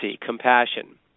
compassion